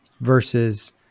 versus